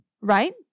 right